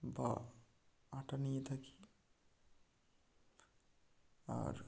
বা আটা নিয়ে থাকি আর